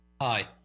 Hi